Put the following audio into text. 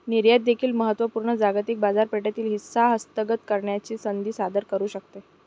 निर्यात देखील महत्त्व पूर्ण जागतिक बाजारपेठेतील हिस्सा हस्तगत करण्याची संधी सादर करू शकते